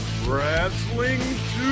wrestling